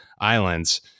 Islands